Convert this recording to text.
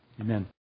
Amen